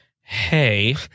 hey